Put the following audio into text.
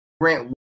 grant